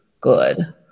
good